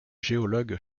géologue